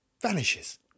vanishes